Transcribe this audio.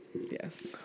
Yes